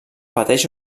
pateix